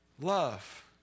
love